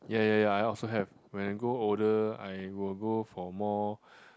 ya ya ya I also have when I grow older I will go for more